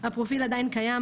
הפרופיל עדיין קיים,